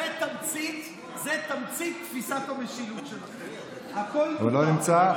זו תמצית תפיסת המשילות שלכם, הוא לא נמצא.